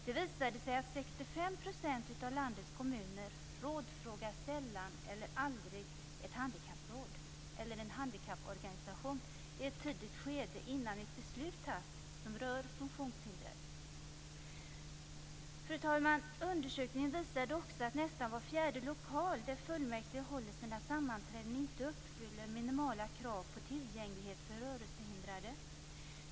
Det visade sig att 65 % av landets kommuner sällan eller aldrig rådfrågar ett handikappråd eller en handikapporganisation i ett tidigt skede innan ett beslut fattas som rör funktionshindrade. Fru talman! Undersökningen visade också att nästan var fjärde lokal där fullmäktige håller sina sammanträden inte uppfyller minimala krav på tillgänglighet för rörelsehindrade.